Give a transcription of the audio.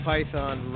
Python